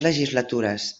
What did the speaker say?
legislatures